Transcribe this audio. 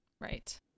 Right